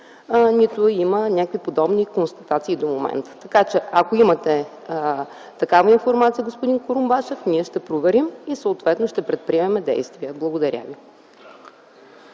нито има някакви подобни констатация до момента. Ако имате такава информация, господин Курумбашев, ние ще проверим и съответно ще предприемем действия. Благодаря ви.